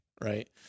right